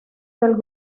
del